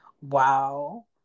Wow